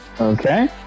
Okay